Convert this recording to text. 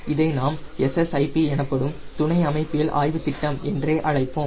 இதை நாம் SSIP எனப்படும் துணை அமைப்பியல் ஆய்வுத் திட்டம் என்றே அழைப்போம்